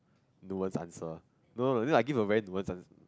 no one's answer no then I give a very nuance ans~